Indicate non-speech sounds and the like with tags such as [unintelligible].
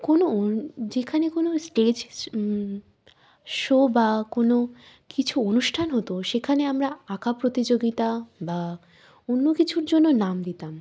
কোনো [unintelligible] যেখানে কোনো স্টেজ শো বা কোনো কিছু অনুষ্ঠান হতো সেখানে আমরা আঁকা প্রতিযোগিতা বা অন্য কিছুর জন্য নাম দিতাম